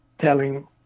telling